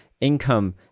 income